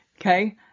Okay